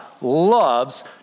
loves